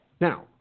now